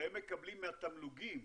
הרי הם מקבלים מהתמלוגים,